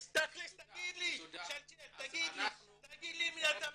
שאלתיאל תגיד לי את מי אתה מביא?